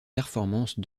performance